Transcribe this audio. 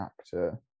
actor